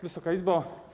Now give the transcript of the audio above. Wysoka Izbo!